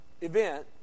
event